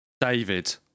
David